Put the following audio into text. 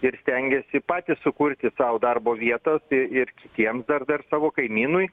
ir stengiasi patys sukurti sau darbo vietas ir ir kitiems dar dar savo kaimynui